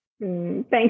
thank